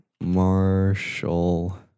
Marshall